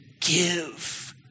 give